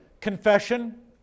Confession